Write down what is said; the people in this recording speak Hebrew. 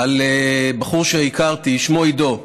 על בחור שהכרתי ושמו עידו,